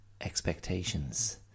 expectations